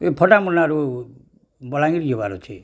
ଏଇ ଫଟାମୁନାରୁ ବଲାଙ୍ଗୀର ଯିବାର ଅଛି